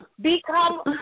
Become